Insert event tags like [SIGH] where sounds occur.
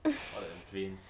[LAUGHS]